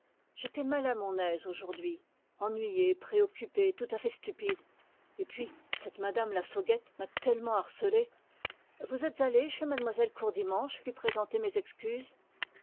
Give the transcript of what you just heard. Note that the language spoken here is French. j'étais mal à mon aise aujourd'hui ennuyé préoccupé tout à fait stupide et puis cette mme lassauguette m'a tellement harcelé vous êtes allé chez m lle courdimanche lui présenter mes excuses